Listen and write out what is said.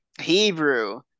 Hebrew